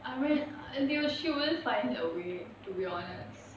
I mean they will she will find a way to be honest